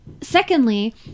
secondly